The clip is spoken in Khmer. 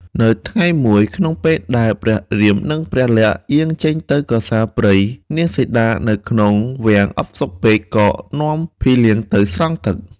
នៅថ្ងៃមួយ ក្នុងពេលដែលព្រះរាមនិងព្រះលក្សណ៍យាងចេញទៅក្រសាលព្រៃ នាង សីតានៅក្នុងវាំងអផ្សុកពេកក៏នាំភីលៀងទៅស្រង់ទឹក។